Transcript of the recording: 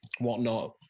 whatnot